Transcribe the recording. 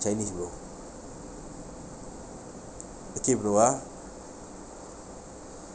chinese bro okay bro ah